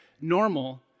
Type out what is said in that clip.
normal